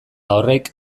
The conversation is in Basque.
horrek